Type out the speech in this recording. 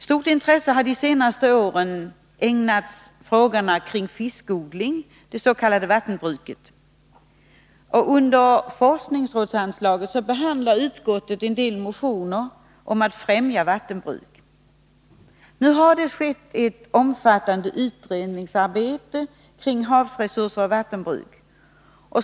Stort intresse har under de senaste åren ägnats frågorna kring fiskodling, dets.k. vattenbruket. Under forskningsrådsanslaget behandlar utskottet en del motioner med krav på att vattenbruket skall främjas. Det har skett ett omfattande utredningsarbete kring frågorna om havsresurser och vattenbruk.